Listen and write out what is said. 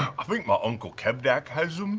i think my uncle kevdak has